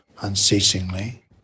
unceasingly